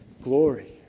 glory